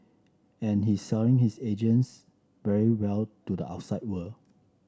and he's selling his agency very well to the outside world